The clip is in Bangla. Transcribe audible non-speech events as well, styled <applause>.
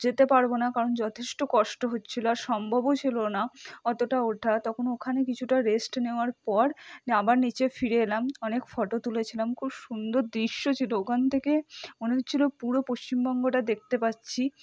যেতে পারবো না কারণ যথেষ্ট কষ্ট হচ্ছিল আর সম্ভবও ছিল না অতটা ওঠা তখন ওখানে কিছুটা রেস্ট নেওয়ার পর <unintelligible> আবার নিচে ফিরে এলাম অনেক ফটো তুলেছিলাম খুব সুন্দর দৃশ্য ছিল ওখান থেকে মনে হচ্ছিল পুরো পশ্চিমবঙ্গটা দেখতে পাচ্ছি